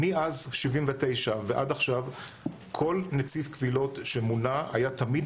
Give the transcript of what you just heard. מאז 1979 ועד עכשיו כל נציב קבילות שמונה היה תמיד